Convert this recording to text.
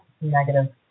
negative